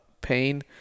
pain